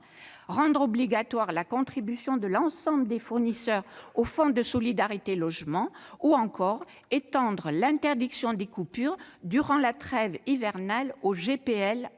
rendre obligatoire la contribution de l'ensemble des fournisseurs au fonds de solidarité pour le logement, ou encore étendre l'interdiction des coupures durant la trêve hivernale au gaz